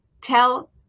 tell